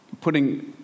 putting